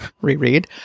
reread